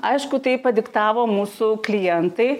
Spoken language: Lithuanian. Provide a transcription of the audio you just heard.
aišku tai padiktavo mūsų klientai